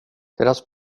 deras